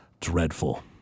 dreadful